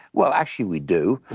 well, actually, we do.